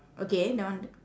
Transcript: okay that one the